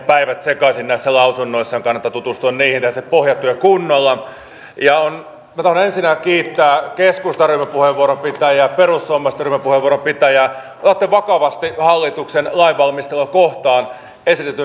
mitkä tästä turvallisuusympäristön muutoksesta johtuvista asioista ovat sen kaltaisia jotka valmiuden kohottamista ajatellen ovat nyt kiireellisimpiä ja välttämättömimpiä asioita jotka vaativat nyt suomen huomiota